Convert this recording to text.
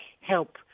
help